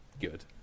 Good